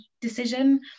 decision